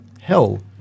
hell